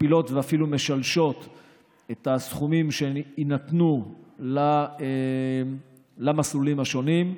מכפילות ואפילו משלשות את הסכומים שיינתנו למסלולים השונים,